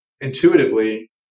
intuitively